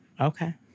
Okay